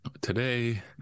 today